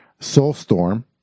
Soulstorm